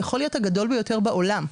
יכול להיות הגדול ביותר בעולם.